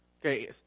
Okay